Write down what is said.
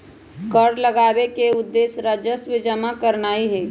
कर लगाबेके उद्देश्य राजस्व जमा करनाइ हइ